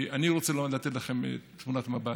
אני רוצה לתת לכם תמונת מבט.